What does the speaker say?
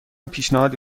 پیشنهادی